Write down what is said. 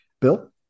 Bill